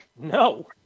No